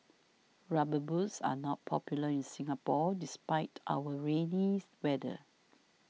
rubber boots are not popular in Singapore despite our rainy weather